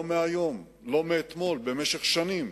לא מהיום, לא מאתמול, במשך שנים.